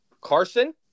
Carson